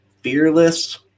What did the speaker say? fearless